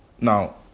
Now